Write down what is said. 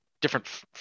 different